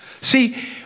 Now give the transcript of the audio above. See